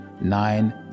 nine